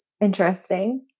interesting